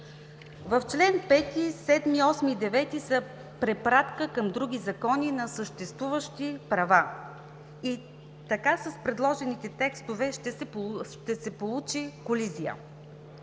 Членове 5, 7, 8 и 9 са препратка към други закони на съществуващи права и с така предложените текстове ще се получи колизия.